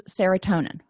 serotonin